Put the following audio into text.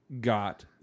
got